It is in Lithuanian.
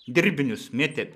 dirbinius mėtė